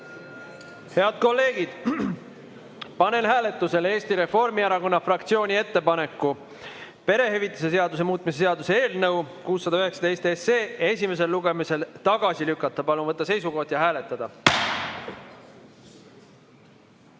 Head kolleegid, panen hääletusele Eesti Reformierakonna fraktsiooni ettepaneku perehüvitiste seaduse muutmise seaduse eelnõu 619 esimesel lugemisel tagasi lükata. Palun võtta seisukoht ja hääletada!